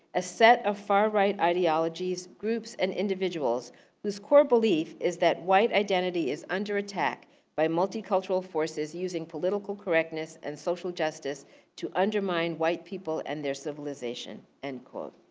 a set of far right ideologies, groups and individuals whose core belief is that white identity is under attack by multicultural forces using political correctness and social justice to undermine white people and their civilization, end quote.